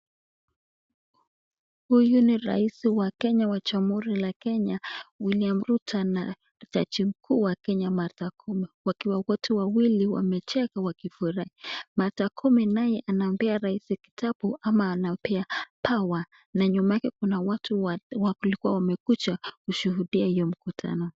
Huyu ni rais wa Kenya wa Jamhuri la Kenya, William Ruto na jaji mkuu wa Kenya Martha Koome wakiwa wote wawili wamecheka wakifurahi. Martha Koome naye anampea rais kitabu ama anampea power na nyuma yake kuna watu walikuwa wamekuja kushuhudia hiyo mkutano.